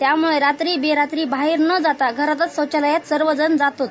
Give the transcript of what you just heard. यामुळे रात्री बेरात्री बाहेर न जाता घरातच शौचालयत सगळेजण जातात